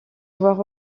voir